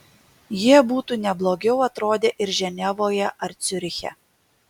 jie būtų ne blogiau atrodę ir ženevoje ar ciuriche